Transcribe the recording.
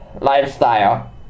lifestyle